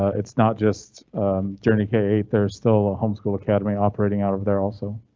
it's not just journey k eight, there's still a homeschool academy operating out of there also.